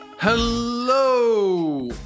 Hello